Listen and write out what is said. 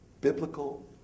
biblical